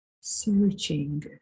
searching